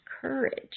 courage